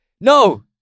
No